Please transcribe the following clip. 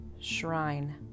shrine